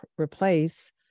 replace